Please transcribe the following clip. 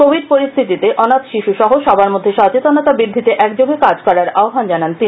Covid পরিস্থিতিতে অনাথ শিশু সহ সবার মধ্যে সচেতনতা বৃদ্ধিতে একযোগে কাজ করার আহ্বান জানান তিনি